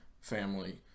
family